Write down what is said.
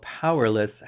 powerless